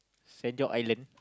Saint-John-Island